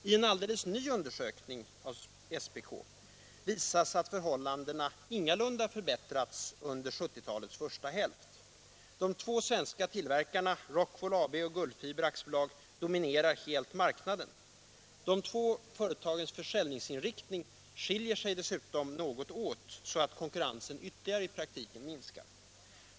I en alldeles ny undersökning av SPK visas att förhållandena ingalunda förbättrats under 1970-talets första hälft. De två svenska tillverkarna, Rockwool AB och Gullfiber AB, dominerar helt marknaden. De båda företagens försäljningsinriktning skiljer sig dessutom något åt så att konkurrensen i praktiken ytterligare minskar.